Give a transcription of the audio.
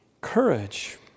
Courage